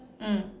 mm